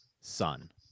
son